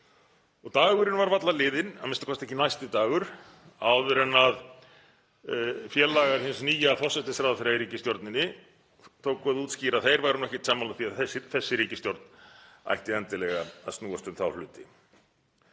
Dagurinn var varla liðinn, a.m.k. ekki næsti dagur, áður en félagar hins nýja forsætisráðherra í ríkisstjórninni tóku að útskýra að þeir væru ekki sammála því að þessi ríkisstjórn ætti endilega að snúast um þá hluti.